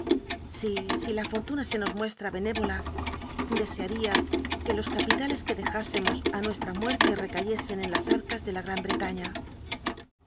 si si la fortuna se nos muestra bcnél'ola desearía que los capitales que dejásemos li nuestra mucrtc recayesen en las arcas he